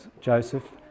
Joseph